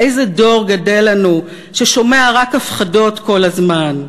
איזה דור גדל לנו ששומע רק הפחדות כל הזמן?